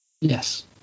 Yes